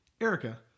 Erica